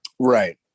right